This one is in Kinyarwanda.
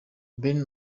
ben